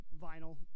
vinyl